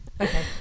Okay